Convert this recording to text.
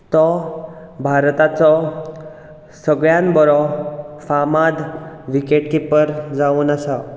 तो भारताचो सगळ्यान बरो फामाद विकेट किपर जावन आसा